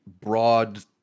broad